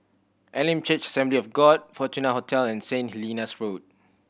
Elim Church Assembly of God Fortuna Hotel and Saint Helena Road